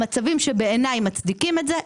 המצבים שבעיניי מצדיקים את זה,